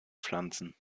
pflanzen